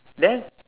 there